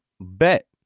bet